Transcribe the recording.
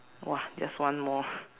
!wah! just one more